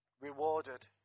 rewarded